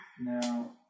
Now